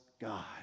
God